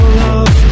love